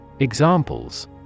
Examples